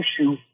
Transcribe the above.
issue